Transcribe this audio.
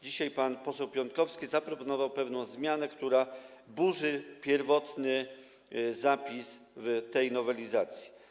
Dzisiaj pan poseł Piontkowski zaproponował pewną zmianę, która burzy pierwotny zapis zawarty w tej nowelizacji.